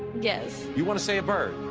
yes. you want to say a bird.